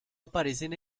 aparecen